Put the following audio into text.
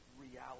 reality